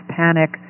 panic